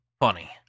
funny